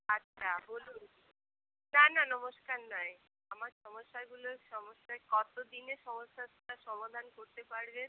আচ্ছা বলুন না না নমস্কার নয় আমার সমস্যাগুলো সমস্যা কতো দিনে সমস্যার সমাধান করতে পারবেন